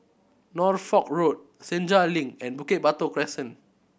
Norfolk Road Senja Link and Bukit Batok Crescent